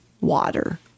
water